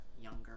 younger